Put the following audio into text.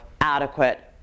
adequate